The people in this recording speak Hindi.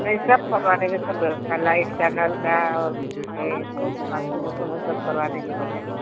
नहीं सब करवा देंगे सब व्यवस्था लाइट की नल का और वही जो बाथरूम उथरूम है सब करवा देंगे बढ़िया से